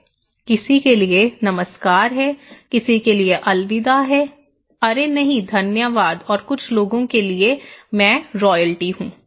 किसी के लिए नमस्कार है किसी के लिए अलविदा है अरे नहीं धन्यवाद और कुछ लोगों के लिए मैं रॉयल्टी हूं